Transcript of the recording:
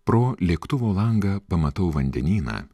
pro lėktuvo langą pamatau vandenyną